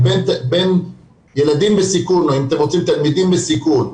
בין ילדים בסיכון או אם תרצו תלמידים בסיכון,